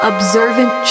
Observant